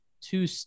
two